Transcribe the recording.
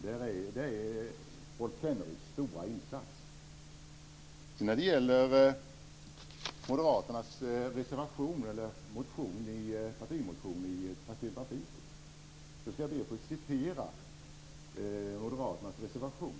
Detta är Rolf Kenneryds stora insats. När det sedan gäller Moderaternas partimotion om trafikpolitiken skall jag i nästa replik be att få citera moderaternas reservation.